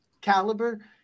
caliber